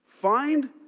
Find